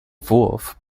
wurf